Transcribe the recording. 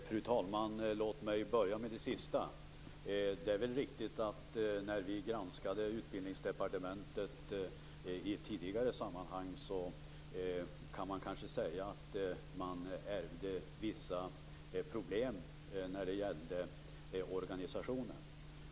Fru talman! Låt mig börja med det sista. Det är riktigt att det kanske kan sägas, när vi granskade Utbildningsdepartementet i ett tidigare sammanhang, att man ärvde vissa problem när det gällde organisationen.